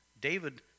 David